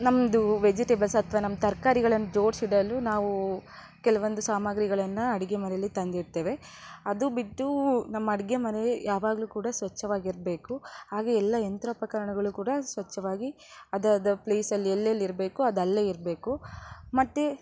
ನಮ್ಮದು ವೆಜಿಟೇಬಲ್ಸ್ ಅಥ್ವಾ ನಮ್ಮ ತರ್ಕಾರಿಗಳನ್ನು ಜೋಡಿಸಿಡಲು ನಾವು ಕೆಲವೊಂದು ಸಾಮಾಗ್ರಿಗಳನ್ನು ಅಡುಗೆ ಮನೆಯಲ್ಲಿ ತಂದಿಡ್ತೇವೆ ಅದು ಬಿಟ್ಟು ನಮ್ಮ ಅಡುಗೆ ಮನೆಯಲ್ಲಿ ಯಾವಾಗಲೂ ಕೂಡ ಸ್ವಚ್ಛವಾಗಿರಬೇಕು ಹಾಗೇ ಎಲ್ಲ ಯಂತ್ರೋಪಕರಣಗಳು ಕೂಡ ಸ್ವಚ್ಛವಾಗಿ ಅದದ ಪ್ಲೇಸಲ್ಲಿ ಎಲ್ಲೆಲ್ಲಿರಬೇಕೊ ಅದು ಅಲ್ಲೇ ಇರಬೇಕು ಮತ್ತು